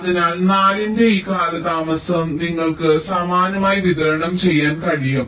അതിനാൽ 4 ന്റെ ഈ കാലതാമസം നിങ്ങൾക്ക് സമാനമായി വിതരണം ചെയ്യാൻ കഴിയും